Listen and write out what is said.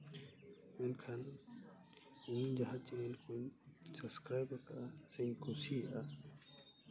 ᱢᱮᱱᱠᱷᱟᱱ ᱤᱧ ᱡᱟᱦᱟᱸ ᱪᱮᱱᱮᱞ ᱠᱚᱹᱧ ᱥᱟᱵᱥᱠᱨᱟᱭᱤᱵᱽ ᱠᱟᱫᱟ ᱥᱮᱧ ᱠᱩᱥᱤᱭᱟᱜᱼᱟ